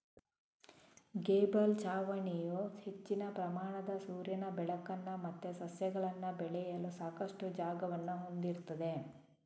gable ಛಾವಣಿಯು ಹೆಚ್ಚಿನ ಪ್ರಮಾಣದ ಸೂರ್ಯನ ಬೆಳಕನ್ನ ಮತ್ತೆ ಸಸ್ಯಗಳನ್ನ ಬೆಳೆಯಲು ಸಾಕಷ್ಟು ಜಾಗವನ್ನ ಹೊಂದಿರ್ತದೆ